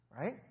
right